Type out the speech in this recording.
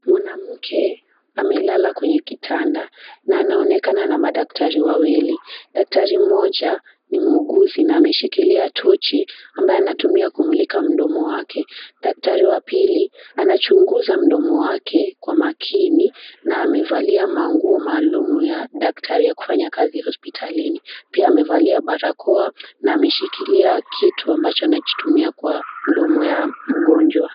Mwanamke amelala kwenye kitanda na anaonekana na madaktari wawili. Daktari mmoja ni muuguzi na anaonekana na tochi, ambayo anatumia kumulika mdomo wake. Daktari wa pili anachunguza mdomo wake kwa makini na amevalia manguo maalumu ya daktari ya kufanya kazi hospitalini. Pia amevalia barakoa na ameshikilia kitu ambacho anakitumia kwa mdomo ya mgonjwa.